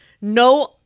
no